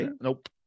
Nope